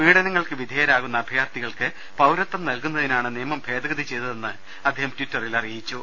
പീഡനങ്ങൾക്ക് വിധേയരാകുന്ന അഭയാർത്ഥികൾക്ക് പൌരത്വം നൽകുന്നതിനാണ് നിയമം ഭേദഗതി ചെയ്തതെന്നും അദ്ദേഹം ട്ടിറ്ററിൽ അറിയിച്ചു